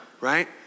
right